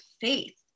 faith